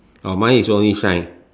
oh mine is only shine